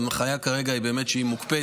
באמת ההנחיה כרגע היא שהיא מוקפאת.